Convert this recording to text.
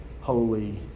holy